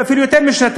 ואפילו יותר משנתיים,